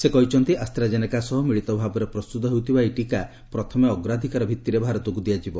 ସେ କହିଛନ୍ତି ଆସ୍ତାଜେନେକା ସହ ମିଳିତ ଭାବରେ ପ୍ରସ୍ତୁତ ହେଉଥିବା ଏହି ଟୀକା ପ୍ରଥମେ ଅଗ୍ରାଧିକାର ଭିତ୍ତିରେ ଭାରତକୁ ଦିଆଯିବ